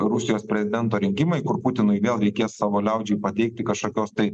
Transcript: rusijos prezidento rinkimai kur putinui vėl reikės savo liaudžiai pateikti kažkokios tai